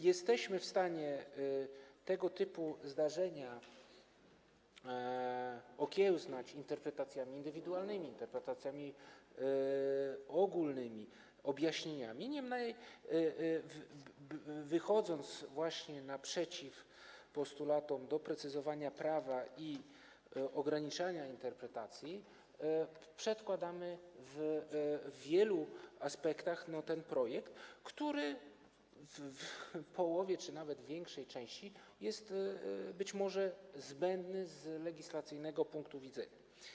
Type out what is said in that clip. Jesteśmy w stanie tego typu zdarzenia okiełznać interpretacjami indywidualnymi, interpretacjami ogólnymi, objaśnieniami, niemniej jednak wychodząc naprzeciw postulatom dotyczącym doprecyzowania prawa i ograniczania interpretacji, przedkładamy w wielu aspektach ten projekt, który w połowie czy nawet w większej części jest być może zbędny z legislacyjnego punktu widzenia.